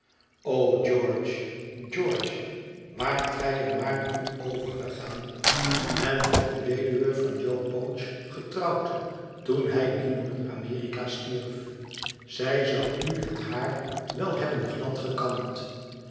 o george george waart gij er maar toe overgegaan en hadt de weduwe van joe pouch getrouwd toen hij in noordamerika stierf zij zou u het haar wel hebben gladgekamd